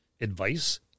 advice